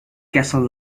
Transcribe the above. castle